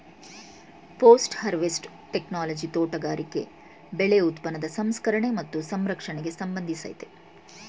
post harvest technology ತೋಟಗಾರಿಕೆ ಬೆಳೆ ಉತ್ಪನ್ನದ ಸಂಸ್ಕರಣೆ ಮತ್ತು ಸಂರಕ್ಷಣೆಗೆ ಸಂಬಂಧಿಸಯ್ತೆ